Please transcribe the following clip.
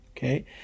Okay